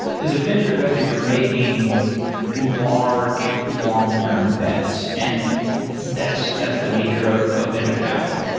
as a venture investor, you're making large long-term bets, and that's that's the nature of a venture capital.